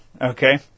Okay